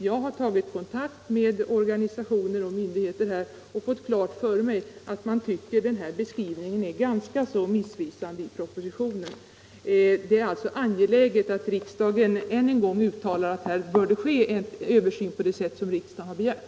Jag har tagit kontakt med organisationer och myndigheter och fått klart för mig att man finner propositionens beskrivning ganska missvisande. Det är alltså angeläget att riksdagen än en gång uttalar att här bör det ske en översyn på det sätt som riksdagen har begärt.